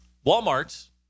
Walmart's